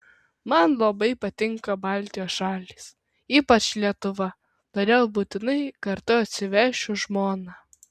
man labai patinka baltijos šalys ypač lietuva todėl būtinai kartu atsivešiu žmoną